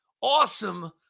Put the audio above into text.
awesome